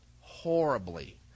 horribly